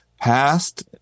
past